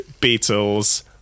Beatles